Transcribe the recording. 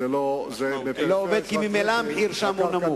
זה לא עובד, כי ממילא המחיר שם נמוך.